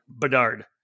Bedard